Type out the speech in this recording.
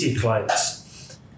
clients